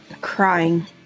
Crying